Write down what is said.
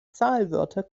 zahlwörter